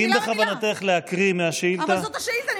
אם בכוונתך להקריא מהשאילתה, אבל זאת השאילתה.